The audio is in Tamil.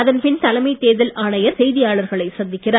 அதன்பின் தலைமை தேர்தல் ஆணையர் செய்தியாளர்களை சந்திக்கிறார்